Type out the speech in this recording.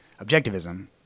objectivism